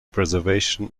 preservation